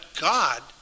God